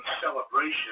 celebration